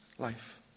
Life